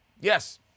yes